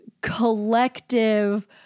collective